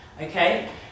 okay